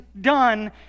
done